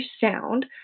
sound